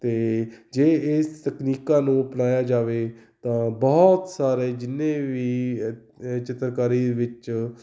ਅਤੇ ਜੇ ਇਸ ਤਕਨੀਕਾਂ ਨੂੰ ਅਪਣਾਇਆ ਜਾਵੇ ਤਾਂ ਬਹੁਤ ਸਾਰੇ ਜਿੰਨੇ ਵੀ ਚਿੱਤਰਕਾਰੀ ਵਿੱਚ